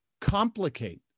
complicate